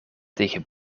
tegen